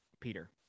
peter